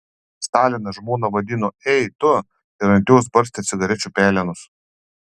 stalinas žmoną vadino ei tu ir ant jos barstė cigarečių pelenus